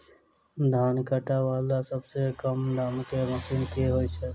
धान काटा वला सबसँ कम दाम केँ मशीन केँ छैय?